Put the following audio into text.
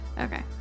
Okay